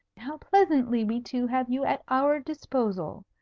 how pleasantly we two have you at our disposal.